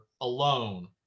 alone